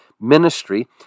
ministry